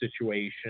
situation